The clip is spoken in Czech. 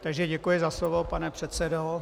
Takže děkuji za slovo, pane předsedo.